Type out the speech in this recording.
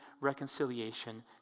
reconciliation